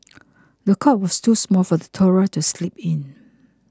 the cot was too small for the toddler to sleep in